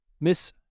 Miss